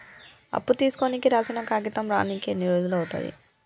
అప్పు తీసుకోనికి రాసిన కాగితం రానీకి ఎన్ని రోజులు అవుతది?